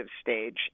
stage